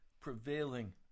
prevailing